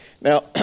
Now